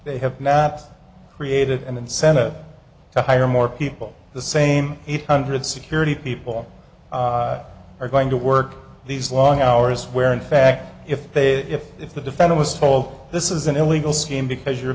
they have not created an incentive to hire more people the same eight hundred security people are going to work these long hours where in fact if they if if the defender was told this is an illegal scheme because you're